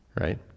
right